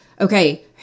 okay